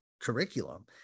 curriculum